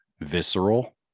visceral